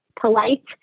polite